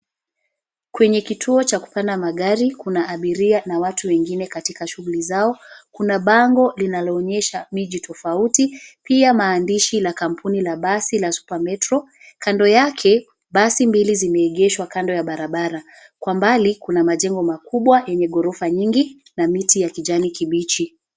Kwenye kituo cha kupanda magari kuna abiria na watu wengine katika shughuli zao. Kuna bango linaloonyesha miji tofauti, pia maandishi la kampuni la basi Super Metro . Kando yake, basi mbili zimeegeshwa kando ya barabara, kwa mbali, kuna majengo makubwa yenye ghorofa nyingi, na miti ya kijani kibichi.